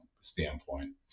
standpoint